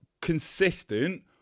consistent